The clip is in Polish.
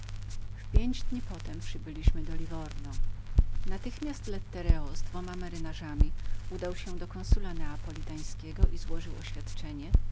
w pięć dni potem przybyliśmy do liwurno natychmiast patron z dwoma majtkami udał się do konsula neapolitańskiego i złożył oświadczenie